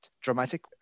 dramatic